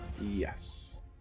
yes